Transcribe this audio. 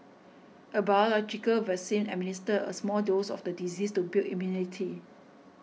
a biological vaccine administers a small dose of the disease to build immunity